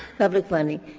public funding.